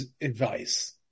advice